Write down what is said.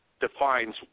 defines